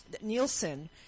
Nielsen